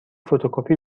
فتوکپی